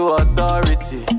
authority